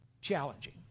challenging